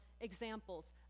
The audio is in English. examples